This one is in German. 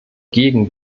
gegen